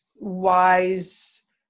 wise